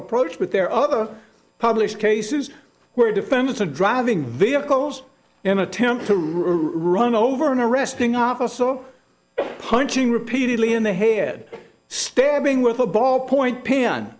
approach but there are other published cases where defendants are driving vehicles in attempt to rerun over an arresting officer punching repeatedly in the head stabbing with a ballpoint pen